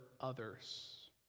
others